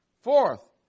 Fourth